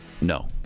no